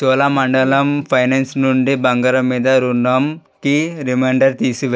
Cholamandalam finance నుండి బంగారం మీద రుణంకి రిమైండర్ తీసివేయి